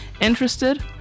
Interested